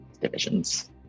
divisions